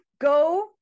go